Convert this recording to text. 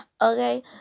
Okay